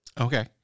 Okay